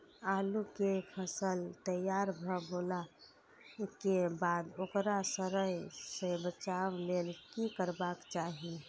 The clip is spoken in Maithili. आलू केय फसल तैयार भ गेला के बाद ओकरा सड़य सं बचावय लेल की करबाक चाहि?